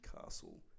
castle